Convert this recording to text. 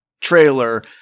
trailer